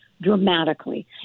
dramatically